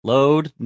Load